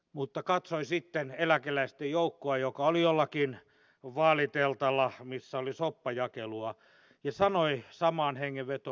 mutta hän katsoi sitten eläkeläisten joukkoa joka oli jollakin vaaliteltalla missä oli soppajakelua ja sanoi samaan hengenvetoon